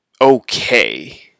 okay